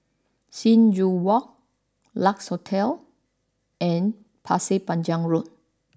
Sing Joo Walk Lex Hotel and Pasir Panjang Road